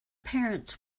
parents